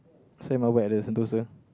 sand marble at the Sentosa